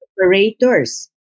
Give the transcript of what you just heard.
operators